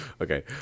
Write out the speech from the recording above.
Okay